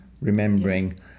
remembering